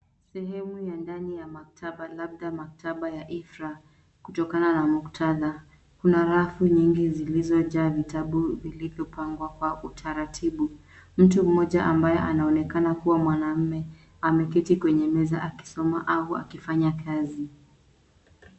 Sehemu ya ndani ya maktaba labda maktaba ya ifra kutokana na muktadha. Kuna rafu nyingi zilizojaa vitabu vilivyopangwa kwa utaratibu. Mtu mmoja ambaye anaonekana kuwa mwanaume ameketi kwenye meza akisoma au akifanya kazi.